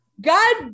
God